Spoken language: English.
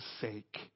sake